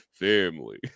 Family